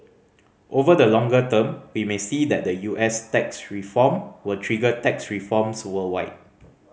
over the longer term we may see that the U S tax reform will trigger tax reforms worldwide